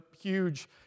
huge